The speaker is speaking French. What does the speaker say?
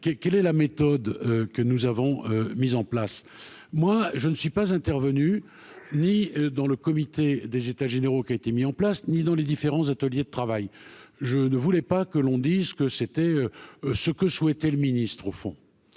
quelle est la méthode que nous avons mis en place, moi je ne suis pas intervenu ni dans le comité des états généraux qui a été mis en place, ni dans les différents ateliers de travail : je ne voulais pas que l'on dise que c'était ce que souhaitait le ministre au fond